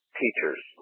teachers